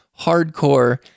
hardcore